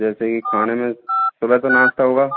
जैसे कि खाने में सुबह तो नाश्ता होगा